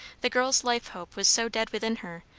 the girl's life-hope was so dead within her,